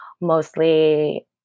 mostly